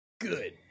good